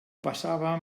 passava